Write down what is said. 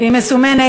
זהבה גלאון,